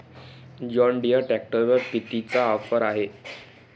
John Deere ट्रॅक्टरवर कितीची offer हाये?